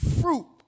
fruit